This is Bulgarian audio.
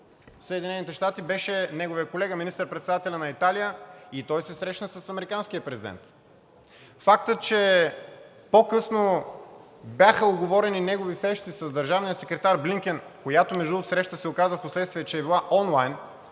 в Съединените щати беше неговият колега – министър-председателят на Италия, и той се срещна с американския президент. Фактът, че по-късно бяха уговорени негови срещи с държавния секретар Блинкен, която между другото среща се оказа впоследствие, че е била онлайн,